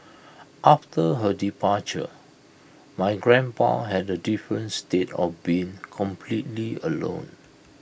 after her departure my grandpa had A different state of being completely alone